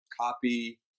copy